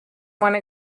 one